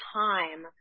time